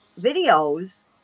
videos